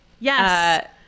Yes